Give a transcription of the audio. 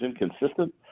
inconsistent